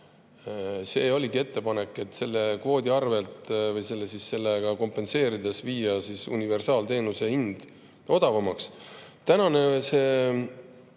See oligi ettepanek: selle kvoodi arvelt või sellega kompenseerides viia universaalteenuse hind odavamaks. Tänane idee